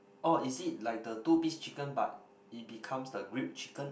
oh is it like the two piece chicken but it becomes the grilled chicken